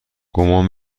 گمان